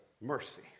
mercy